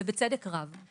ובצדק רב,